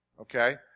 Okay